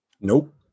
Nope